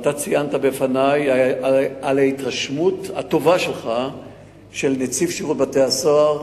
אתה ציינת בפני את ההתרשמות הטובה שלך מנציב שירות בתי-הסוהר,